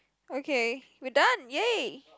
okay we're done yay